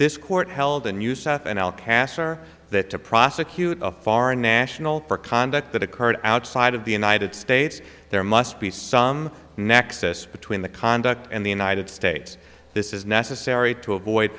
this court held in new south and el castor that to prosecute a foreign national for conduct that occurred outside of the united states there must be some nexus between the conduct and the united states this is necessary to avoid